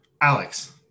Alex